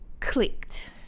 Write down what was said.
clicked